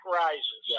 rises